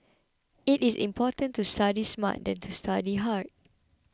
it is more important to study smart than to study hard